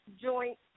joint